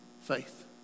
faith